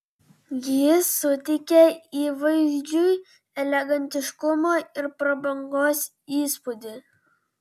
ji suteikia įvaizdžiui elegantiškumo ir prabangos įspūdį